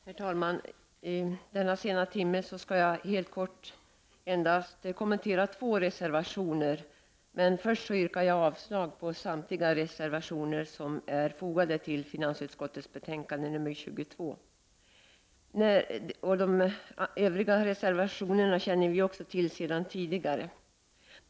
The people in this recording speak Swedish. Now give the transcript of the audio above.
Herr talman! I denna sena timme skall jag helt kort endast kommentera två reservationer. Först vill jag yrka avslag på samtliga reservationer som är fogade till finansutskottets betänkande 22. De flesta av dessa reservationer känner vi igen sedan tidigare år.